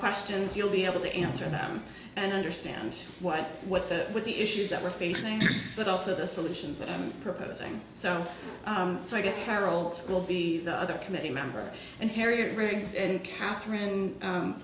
questions you'll be able to answer them and understand what what the what the issues that we're facing but also the solutions that are proposing so so i guess harold will be the other committee member and harriet riggs and katherine